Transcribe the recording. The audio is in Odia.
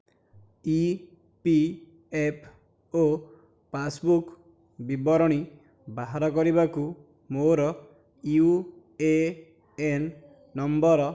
ଇ ପି ଏଫ୍ ଓ ପାସ୍ବୁକ୍ ବିବରଣୀ ବାହାର କରିବାକୁ ମୋର ୟୁ ଏ ଏନ୍ ନମ୍ବର